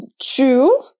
two